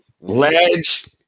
ledge